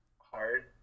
hard